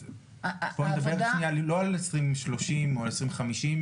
אז בואי נדבר שניה לא על 2030 או 2050,